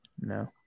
No